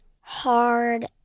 hard